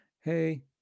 hey